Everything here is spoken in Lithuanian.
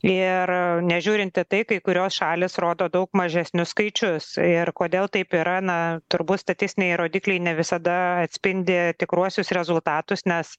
ir nežiūrint į tai kai kurios šalys rodo daug mažesnius skaičius ir kodėl taip yra na turbūt statistiniai rodikliai ne visada atspindi tikruosius rezultatus nes